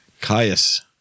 Caius